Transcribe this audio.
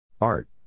Art